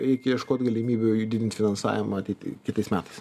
eik ieškot galimybių didint finansavimą ateity kitais metais